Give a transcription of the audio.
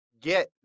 Get